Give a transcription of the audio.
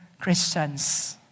Christians